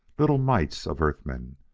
little mites of earth-men,